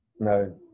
no